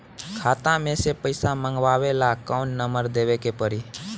खाता मे से पईसा मँगवावे ला कौन नंबर देवे के पड़ी?